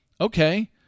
Okay